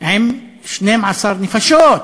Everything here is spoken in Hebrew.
עם 12 נפשות,